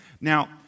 Now